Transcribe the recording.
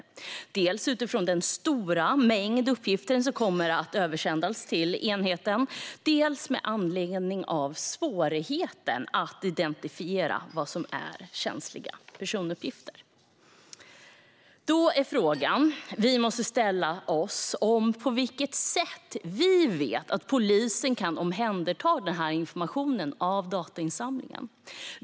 Det gäller dels utifrån den stora mängd uppgifter som kommer att översändas till enheten, dels med anledning av svårigheten att identifiera vad som är känsliga personuppgifter. Då är frågan som vi måste ställa oss på vilket sätt vi vet att polisen kan omhänderta informationen ur datainsamlingen.